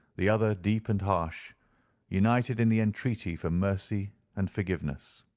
the other deep and harsh united in the entreaty for mercy and forgiveness.